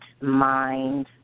mind